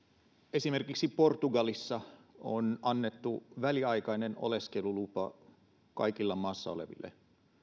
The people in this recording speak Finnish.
esimerkiksi portugalissa on annettu väliaikainen oleskelulupa kaikille maassa oleville